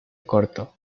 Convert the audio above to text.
corto